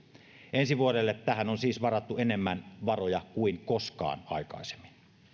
ensi vuodelle tähän on siis varattu enemmän varoja kuin koskaan aikaisemmin